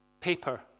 paper